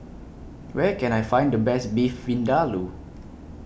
Where Can I Find The Best Beef Vindaloo